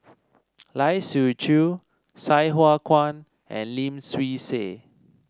Lai Siu Chiu Sai Hua Kuan and Lim Swee Say